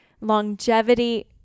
longevity